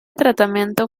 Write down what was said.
tratamiento